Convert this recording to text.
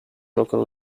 local